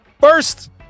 First